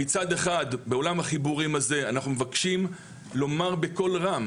מצד אחד בעולם החיבורים הזה אנחנו מבקשים לומר בקול רם